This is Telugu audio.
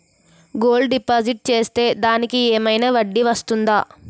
గోల్డ్ డిపాజిట్ చేస్తే దానికి ఏమైనా వడ్డీ వస్తుందా?